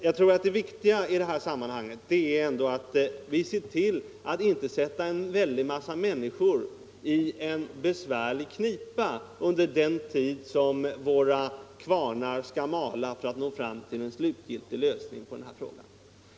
Men det viktiga i sammanhanget tror jag ändå är att vi ser till att vi inte sätter en stor mängd människor i knipa under den tid som våra kvarnar skall mala för att nå fram till en slutgiltig lösning på denna fråga.